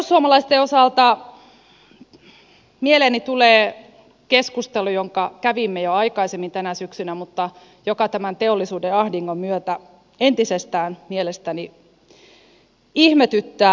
perussuomalaisten osalta mieleeni tulee keskustelu jonka kävimme jo aikaisemmin tänä syksynä mutta joka tämän teollisuuden ahdingon myötä entisestään mielestäni ihmetyttää